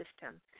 system